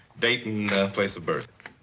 date and place of birth?